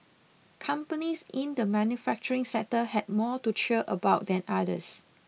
companies in the manufacturing sector had more to cheer about than others